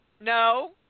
No